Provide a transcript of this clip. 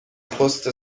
پست